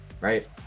right